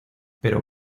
pero